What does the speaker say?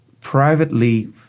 privately